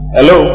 Hello